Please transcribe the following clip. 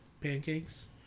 pancakes